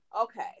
Okay